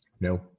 No